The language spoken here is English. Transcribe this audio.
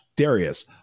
Darius